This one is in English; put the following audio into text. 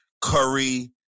Curry